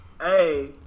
hey